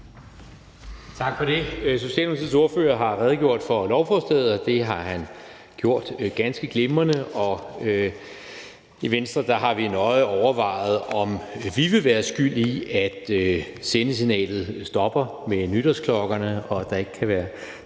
Tak for det. Socialdemokratiets ordfører har redegjort for lovforslaget, og det har han gjort ganske glimrende. I Venstre har vi nøje overvejet, om vi vil være skyld i, at sendesignalet stopper med nytårsklokkerne, og at der ikke kan være